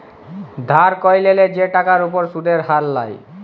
ধার ক্যইরলে যে টাকার উপর সুদের হার লায়